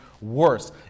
Worse